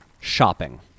shopping